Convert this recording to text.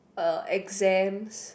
uh exams